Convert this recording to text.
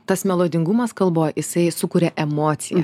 tas melodingumas kalboj jisai sukuria emociją